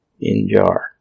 In-jar